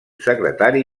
secretari